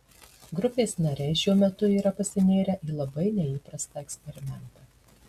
grupės nariai šiuo metu yra pasinėrę į labai neįprastą eksperimentą